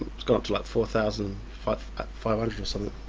it's gone to like four thousand five five hundred or something